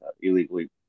illegally